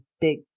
big